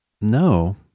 no